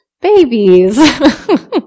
babies